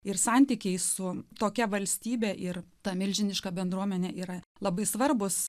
ir santykiai su tokia valstybė ir ta milžiniška bendruomenė yra labai svarbūs